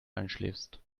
einschläfst